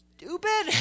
stupid